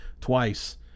twice